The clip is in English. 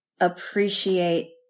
appreciate